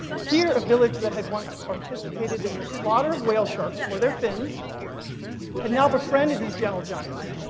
here, a village that had once participated in the slaughter of whale sharks for their fins had now befriended these gentle giants,